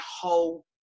whole